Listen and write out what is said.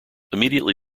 immediately